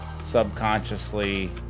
subconsciously